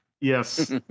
Yes